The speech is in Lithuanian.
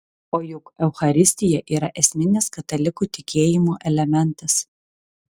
o juk eucharistija yra esminis katalikų tikėjimo elementas